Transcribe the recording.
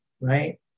right